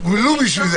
לפרוטוקול.